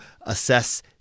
assess